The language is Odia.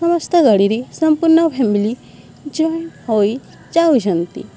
ସମସ୍ତ ଗାଡ଼ିରେ ସମ୍ପୂର୍ଣ୍ଣ ଫ୍ୟାମିଲି ଜଏଣ୍ଟ ହୋଇ ଯାଉଛନ୍ତି